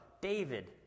David